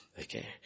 Okay